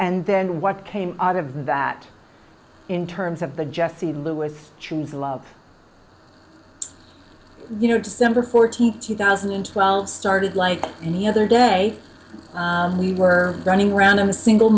and then what came out of that in terms of the jesse lewis choose love you know december fourteenth two thousand and twelve started like any other day you were running around on a single